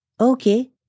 Okay